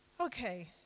Okay